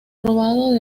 rodado